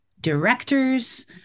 directors